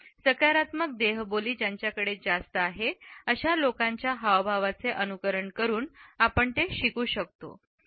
सकारात्मक देहबोली ज्यांच्याकडे जास्त आहे अशा लोकांच्या हावभावाचे अनुकरण करणे आपण शिकू शकतो